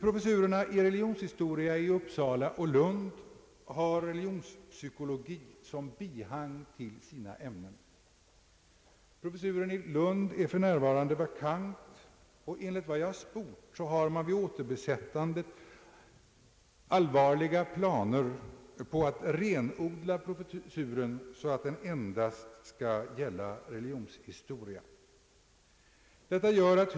Professurerna i religionshistoria i Uppsala och Lund har religionspsykologi som bihang till sina ämnen. Professuren i Lund är för närvarande vakant. Enligt vad jag sport har man vid återbesättandet allvarliga planer på att renodla professuren, så att den endast skall gälla religionshistoria. Detta gör att.